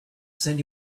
send